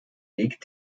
weg